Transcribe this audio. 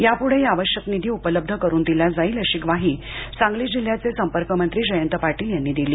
यापुढेही आवश्यक निधी उपलब्ध करून दिला जाईल अशी ग्वाही सांगली जिल्ह्याचे संपर्कमंत्री जयंत पाटील यांनी दिली